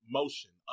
motion